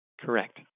Correct